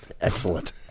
Excellent